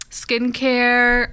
skincare